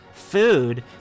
food